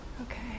Okay